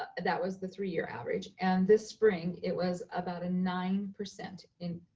ah that was the three-year average. and this spring, it was about a nine percent in